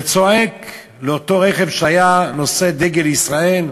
וצועק לרכב שהיה עליו דגל ישראל,